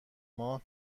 ماه